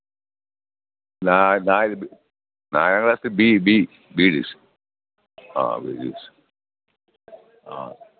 നാ നാല് ബി നാലാങ്ക്ളാസ്സ് ബി ബി ബീ ഡിവിഷൻ ആ ബീ ഡിവിഷൻ ആ